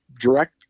direct